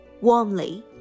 warmly